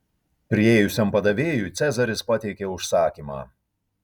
priėjusiam padavėjui cezaris pateikė užsakymą